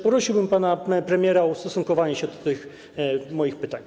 Prosiłbym pana premiera o ustosunkowanie się do moich pytań.